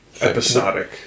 episodic